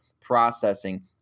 processing